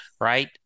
right